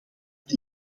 dat